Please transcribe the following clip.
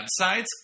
websites